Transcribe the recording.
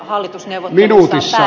minuutissa